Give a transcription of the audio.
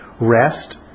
Rest